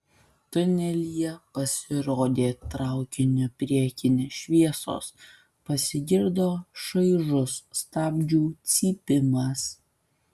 tunelyje pasirodė traukinio priekinės šviesos pasigirdo šaižus stabdžių cypimas